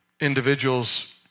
individuals